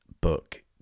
book